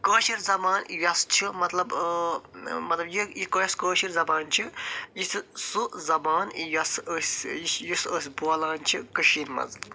کٲشِر زبان یۄس چھِ مطلب مطلب یہِ یہِ اَسہِ کٲشِر زبان چھِ یہِ چھُ سُہ زبان یۄس أسۍ یُس أسۍ بولان چھِ کٔشیٖر منٛز